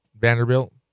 Vanderbilt